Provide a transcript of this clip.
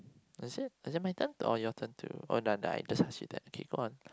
is it is it my turn or your turn to oh no no I just ask you that okay go on